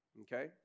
okay